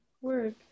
work